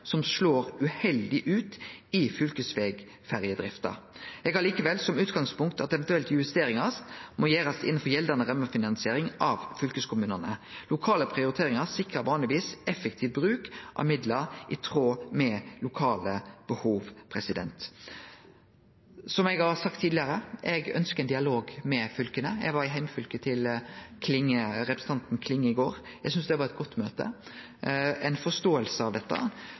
som slår uheldig ut i fylkesvegferjedrifta. Eg har likevel som utgangspunkt at eventuelle justeringar må gjerast innanfor gjeldande rammefinansiering av fylkeskommunane. Lokale prioriteringar sikrar vanlegvis effektiv bruk av midlar i tråd med lokale behov. Som eg har sagt tidlegare: Eg ønskjer ein dialog med fylka. Eg var i heimfylket til representanten Klinge i går. Eg synest det var eit godt møte – ei forståing av dette.